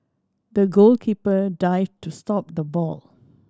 the goalkeeper dived to stop the ball